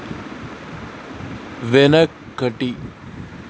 వెనకటి